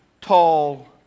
tall